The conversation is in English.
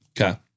Okay